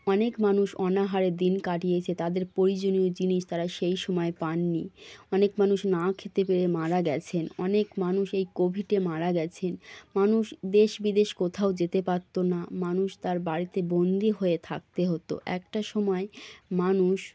অনেক মানুষ অনাহারে দিন কাটিয়েছে তাদের প্রয়োজনীয় জিনিস তারা সেই সময় পান নি অনেক মানুষ না খেতে পেয়ে মারা গেছেন অনেক মানুষ এই কোভিডে মারা গেছেন মানুষ দেশ বিদেশ কোথাও যেতে পারতো না মানুষ তার বাড়িতে বন্দি হয়ে থাকতে হতো একটা সময় মানুষ